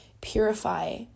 purify